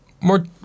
more